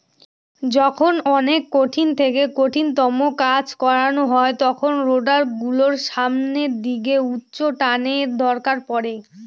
যখন অনেক কঠিন থেকে কঠিনতম কাজ করানো হয় তখন রোডার গুলোর সামনের দিকে উচ্চটানের দরকার পড়ে